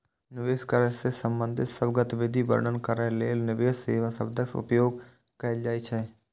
निवेश करै सं संबंधित सब गतिविधि वर्णन करै लेल निवेश सेवा शब्दक उपयोग कैल जाइ छै